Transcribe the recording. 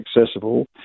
accessible